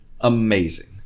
amazing